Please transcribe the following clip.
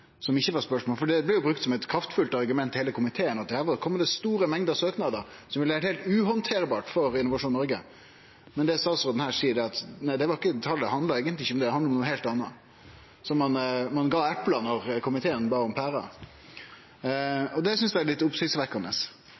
som ikkje var spørsmålet. Det blir jo brukt som eit kraftfullt argument til heile komiteen at her kjem det store mengder søknader, som ville ha vore heilt umogleg å handtere for Innovasjon Norge. Men det statsråden her seier, er at talet handla eigentleg ikkje om det, det handla om noko heilt anna. Så ein gav eple når komiteen bad om pærer. Det synest eg er litt